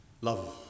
Love